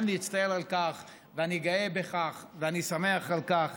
אין להצטער על כך ואני גאה בכך ואני שמח על כך